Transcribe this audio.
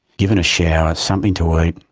given a shower, something to eat,